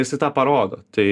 jisai tą parodo tai